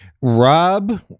Rob